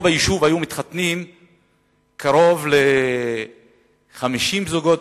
ביישוב היו מתחתנים קרוב ל-50 זוגות.